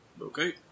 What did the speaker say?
Okay